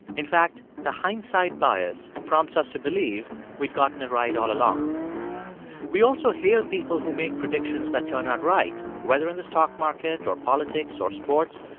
in fact, the hindsight bias prompts us to believe we'd gotten it right all along we also hail people who make predictions that turn out right, whether in the stock market or politics or sports.